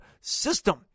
system